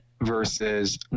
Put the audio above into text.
versus